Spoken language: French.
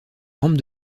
rampe